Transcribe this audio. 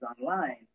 online